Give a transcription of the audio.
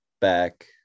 back